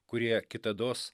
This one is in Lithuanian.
kurie kitados